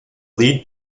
lead